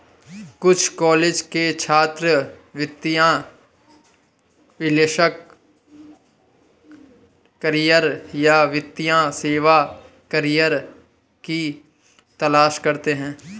कुछ कॉलेज के छात्र वित्तीय विश्लेषक करियर या वित्तीय सेवा करियर की तलाश करते है